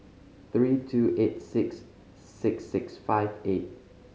three two eight six six six five eight